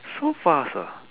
so fast ah